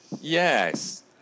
Yes